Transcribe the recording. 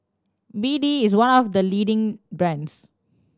B D is one of the leading brands